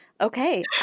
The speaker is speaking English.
Okay